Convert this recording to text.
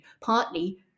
partly